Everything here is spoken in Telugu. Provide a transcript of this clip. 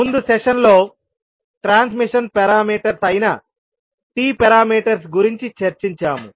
ముందు సెషన్ లో ట్రాన్స్మిషన్ పారామీటర్స్ అయిన T పారామీటర్స్ గురించి చర్చించాము